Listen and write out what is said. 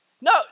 No